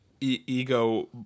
ego